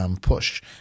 push